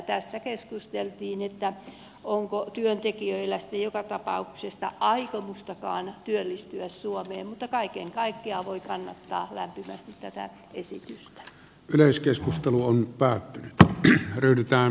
tästä keskusteltiin onko työntekijöillä sitten joka tapauksessa aikomustakaan työllistyä suomeen mutta kaiken kaikkiaan voi kannattaa lämpimästi tätä esitystä yleiskeskustelu on päättynyt pappi ryhdytään